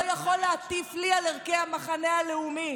לא יכול להטיף לי על ערכי המחנה הלאומי,